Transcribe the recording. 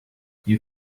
you